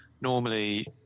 normally